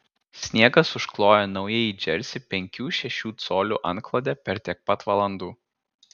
sniegas užkloja naująjį džersį penkių šešių colių antklode per tiek pat valandų